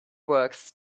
works